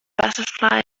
butterfly